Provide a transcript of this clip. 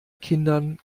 kindern